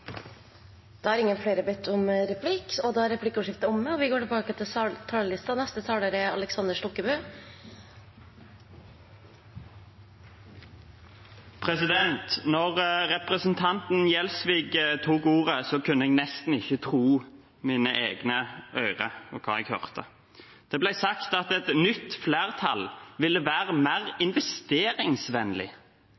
Da representanten Gjelsvik hadde ordet, kunne jeg nesten ikke tro mine egne ører og hva jeg hørte. Det ble sagt at et nytt flertall vil være mer